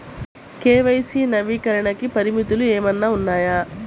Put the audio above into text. KYC నవీకరణకి పరిమితులు ఏమన్నా ఉన్నాయా?